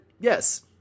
Yes